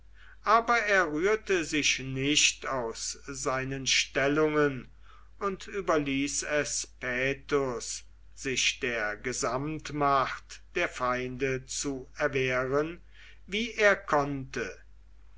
aber er rührte sich nicht aus seinen stellungen und überließ es paetus sich der gesamtmacht der feinde zu erwehren wie er konnte